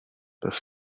this